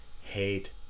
Hate